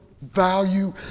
value